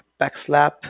backslap